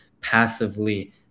passively